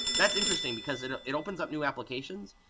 that's interesting, because it it opens up new applications,